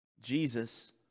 Jesus